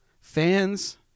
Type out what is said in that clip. fans